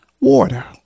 water